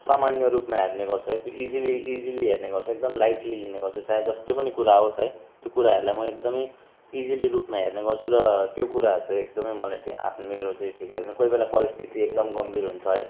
सामान्य रूपमा हेर्ने गर्छु है इजिली हेर्ने गर्छु एकदम लाइटली लिने गर्छु चाहे जस्तो पनि कुरा आओस् है त्यो कुराहरूलाई म एकदमै इजिली रूपमा हेर्ने गर्छु र त्यो कुराहरू चाहिँ एकदमै मलाई चाहिँ आफ मेरो चाहिँ ठिक लाग्दैन कोही बेला परिस्थिति एकदम गम्भीर हुन्छ है